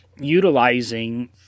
utilizing